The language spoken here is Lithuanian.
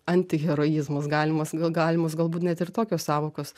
antiheroizmas galimas gal galimos galbūt net ir tokios sąvokos